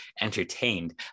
entertained